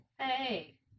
Hey